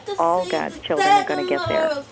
all god's children are going to get there,